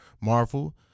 marvel